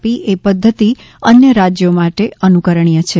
આપી એ પદ્ધતિ અન્ય રાજ્યો માટે અનુકરણીય છે